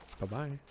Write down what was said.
bye-bye